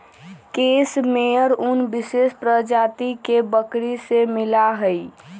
case मेयर उन विशेष प्रजाति के बकरी से मिला हई